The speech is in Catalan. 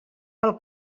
pel